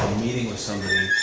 meeting with somebody